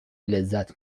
لذت